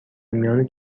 میان